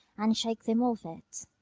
and shake them off it.